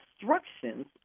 instructions